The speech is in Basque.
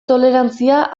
tolerantzia